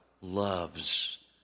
loves